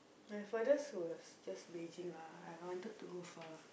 my furthest was just Beijing lah I wanted to go far